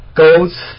goat's